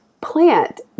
Plant